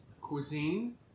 cuisine